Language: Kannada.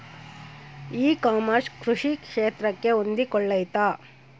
ಇ ಕಾಮರ್ಸ್ ಕೃಷಿ ಕ್ಷೇತ್ರಕ್ಕೆ ಹೊಂದಿಕೊಳ್ತೈತಾ?